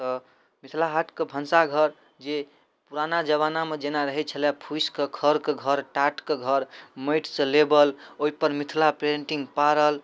तऽ मिथिला हाटके भनसाघर जे पुराना जमानामे जेना रहै छलै फुसिके खरके घर टाटके घर माटिसँ लेपल ओहिपर मिथिला पेन्टिङ्ग पाड़ल